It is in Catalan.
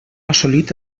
assolit